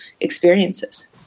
experiences